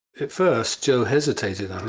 at first, joe hesitated,